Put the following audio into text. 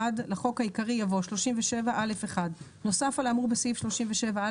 לחוק העיקרי יבוא: 37א1. נוסף על האמור בסעיף 37(א),